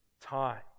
time